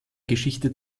geschichte